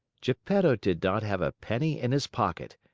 geppetto did not have a penny in his pocket,